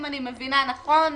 אם אני מבינה נכון,